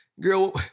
Girl